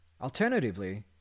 Alternatively